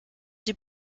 die